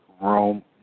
Rome